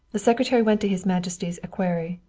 the secretary went to his majesty's equerry,